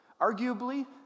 Arguably